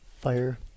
fire